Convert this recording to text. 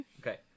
Okay